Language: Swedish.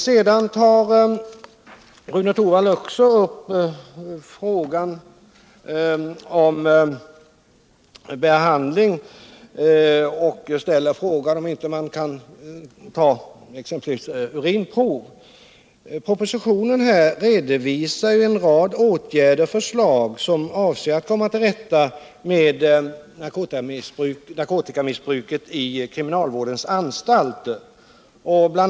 Rune Torwald tar också upp problemet med behandling och ställer frågan om man inte kan ta exempelvis urinprov. Propositionen redovisar en rad åtgärder och förslag i syfte att komma till rätta med narkotikamissbruket i kriminalvårdens anstalter. Bl.